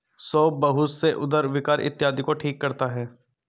सौंफ बहुत से उदर विकार इत्यादि को ठीक करता है